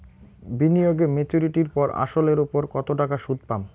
বিনিয়োগ এ মেচুরিটির পর আসল এর উপর কতো টাকা সুদ পাম?